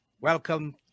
Welcome